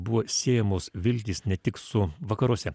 buvo siejamos viltys ne tik su vakaruose